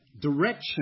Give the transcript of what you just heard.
direction